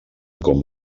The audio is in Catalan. com